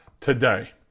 today